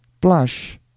blush